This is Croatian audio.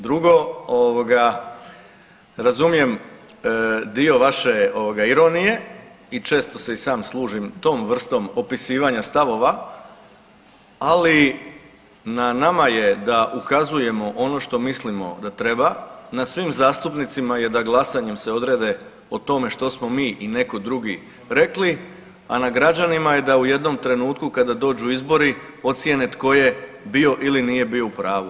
Drugo, ovoga, razumijem dio vaše ovoga ironije i često se i sam služim tom vrstom opisivanja stavova, ali na nama je da ukazujemo ono što mislimo da treba, na svim zastupnicima je da glasanjem se odrede o tome što smo mi i neko drugi rekli, a na građanima je da u jednom trenutku kada dođu izbori ocjene tko je bio ili nije bio u pravu.